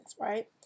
right